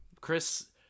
Chris